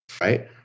right